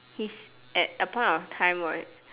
he's at a point of time where